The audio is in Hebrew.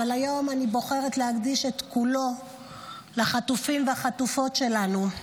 אבל היום אני בוחרת להקדיש את כולו לחטופים ולחטופות שלנו.